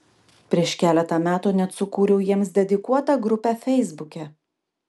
prieš keletą metų net sukūriau jiems dedikuotą grupę feisbuke